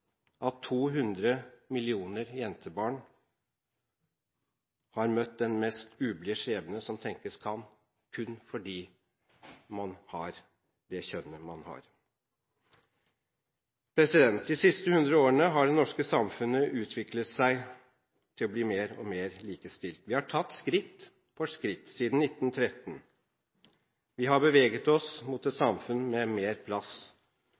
200 millioner jentebarn møtt den mest ublide skjebne som tenkes kan, kun fordi man har det kjønnet man har. De siste 100 årene har det norske samfunnet utviklet seg til å bli mer og mer likestilt. Vi har tatt skritt for skritt siden 1913. Vi har beveget oss mot et samfunn med mer plass